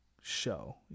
show